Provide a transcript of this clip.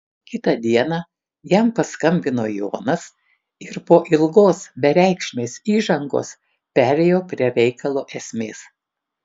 kitą dieną jam paskambino jonas ir po ilgos bereikšmės įžangos perėjo prie reikalo esmės